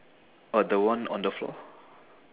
oh the one on the floor